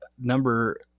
Number